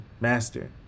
Master